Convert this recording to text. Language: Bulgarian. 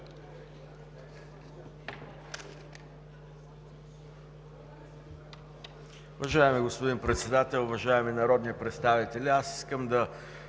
Уважаеми господин Председател, уважаеми народни представители! Аз искам да